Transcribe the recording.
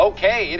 Okay